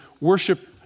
worship